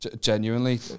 genuinely